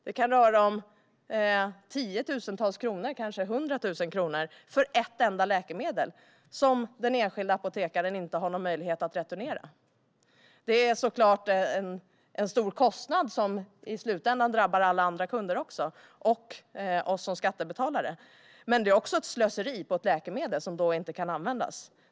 Det kan röra sig om tiotusentals kronor, kanske 100 000 kronor för ett enda läkemedel som den enskilda apotekaren inte har någon möjlighet att returnera. Det är såklart en stor kostnad som i slutändan drabbar alla andra kunder och oss som skattebetalare. Det är också ett slöseri på ett läkemedel som inte kan användas.